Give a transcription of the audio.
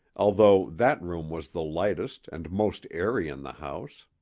although that room was the lightest and most airy in the house.